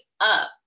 up